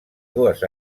dues